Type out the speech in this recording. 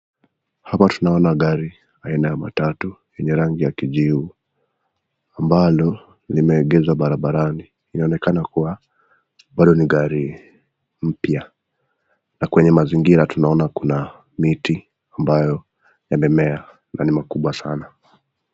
Hapa tunaona gari aina ya Matatu yenye rangi ya kijivu ambalo limeegeshwa barabarani. Inaonekana kuwa bado ni gari mpya. Na kwenye mazingira tunaona kuna miti ambayo imemea na ni mikubwa sana.